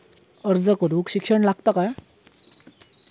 अर्ज करूक शिक्षण लागता काय?